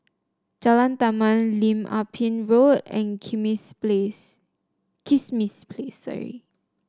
Jalan Taman Lim Ah Pin Road and Kismis Place